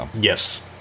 Yes